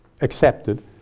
accepted